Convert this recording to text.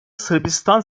sırbistan